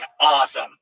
awesome